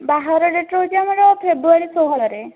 ବାହାଘର ଡେଟ୍ ହେଉଛି ଆମର ଫେବୃୟାରୀ ଷୋହଳରେ